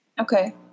Okay